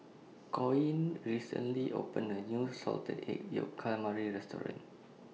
Coen recently opened A New Salted Egg Yolk Calamari Restaurant